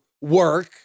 work